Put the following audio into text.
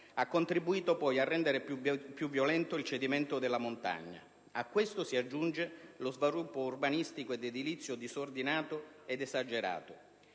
ha contribuito poi a rendere più violento il cedimento della montagna. A questo si aggiunge lo sviluppo urbanistico ed edilizio disordinato ed esagerato.